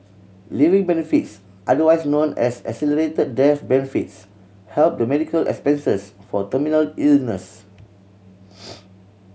living benefits otherwise known as accelerated death benefits help the medical expenses for terminal illnesses